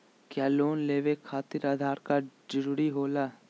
क्या लोन लेवे खातिर आधार कार्ड जरूरी होला?